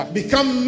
become